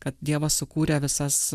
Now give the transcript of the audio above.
kad dievas sukūrė visas